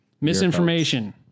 misinformation